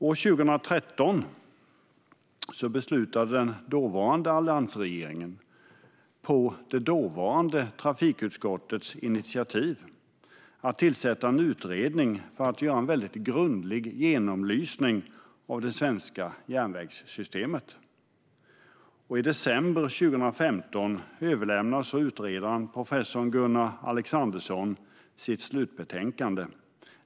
År 2013 beslutade den dåvarande alliansregeringen på det dåvarande trafikutskottets initiativ att tillsätta en utredning för att göra en grundlig genomlysning av det svenska järnvägssystemet. I december 2015 överlämnade utredaren, professor Gunnar Alexandersson, sitt slutbetänkande.